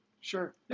Sure